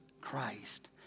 Christ